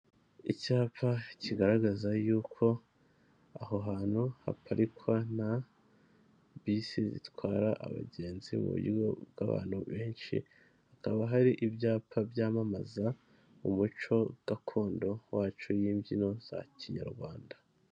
Icyapa kigaragaza yuko aho hantu haparikwa na bisi zitwara abagenzi mu buryo bw'abantu benshi hakaba hari ibyapa byamamaza umuco gakondo wacu y'imbyino za kinyarwanda.